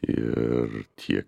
ir tie